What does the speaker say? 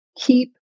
keep